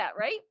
right